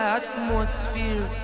atmosphere